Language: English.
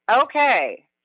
Okay